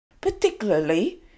Particularly